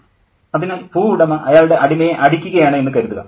professor അതിനാൽ ഭൂവുടമ അയാളുടെ അടിമയെ അടിക്കുകയാണ് എന്ന് കരുതുക